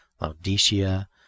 Laodicea